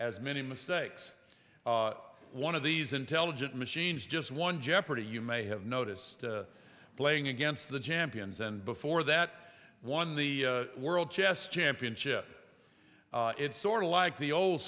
as many mistakes one of these intelligent machines just one jeopardy you may have noticed playing against the champions and before that won the world chess championship it's sort of like the old